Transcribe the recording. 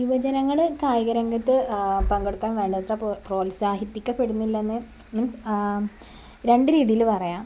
യുവജനങ്ങൾ കായികരംഗത്ത് പങ്കെടുക്കാൻ വേണ്ടത്ര പ്രോത്സാഹിപ്പിക്കപ്പെടുന്നില്ലെന്ന് മീൻസ് രണ്ടു രീതിയിൽ പറയാം